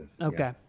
Okay